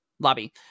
Lobby